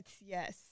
Yes